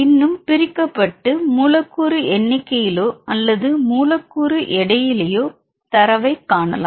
இன்னும் பிரிக்கப்பட்டு மூலக்கூறு எண்ணிக்கையிலோ அல்லது மூலக்கூறு எடையிலோ தரவைக் காணலாம்